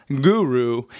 guru